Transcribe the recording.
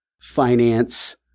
finance